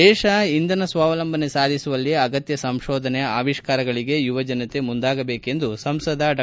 ದೇತ ಇಂಧನ ಸ್ವಾವಲಂಬನೆ ಸಾಧಿಸುವಲ್ಲಿ ಅಗತ್ಯ ಸಂಶೋಧನೆ ಆವಿಷ್ಕಾರಗಳಿಗೆ ಯುವಜನತೆ ಮುಂದಾಗಬೇಕೆಂದು ಸಂಸದ ಡಾ